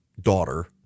daughter